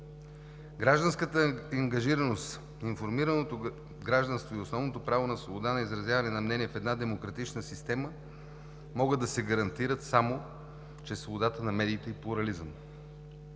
Гражданската ангажираност, информираното гражданство и основното право на свобода на изразяване на мнение в една демократична система могат да се гарантират само чрез свободата на медиите и плурализъм.